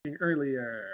earlier